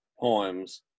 poems